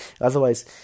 Otherwise